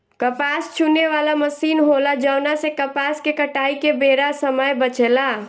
कपास चुने वाला मशीन होला जवना से कपास के कटाई के बेरा समय बचेला